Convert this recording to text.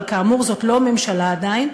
אבל כאמור זאת לא ממשלה עדיין,